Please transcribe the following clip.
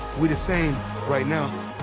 we the same right now.